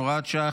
הוראת שעה,